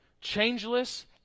changeless